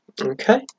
okay